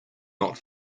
not